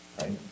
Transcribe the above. right